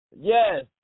yes